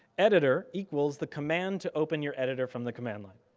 editor equals the command to open your editor from the command log.